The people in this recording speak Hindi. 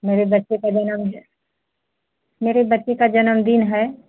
बड़े बच्चे पहले न मुझे मेरे बच्चे का जन्मदिन है